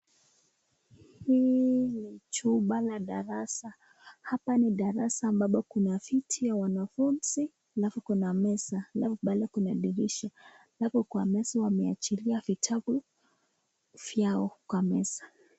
Hii ni chumba la darasa. Hapa ni darasa ambapo kuna viti ya wanafunzi halafu kuna meza, halafu pale kuna dirisha. Hapo kwa meza wamechilia vitabu vyao kwa meza.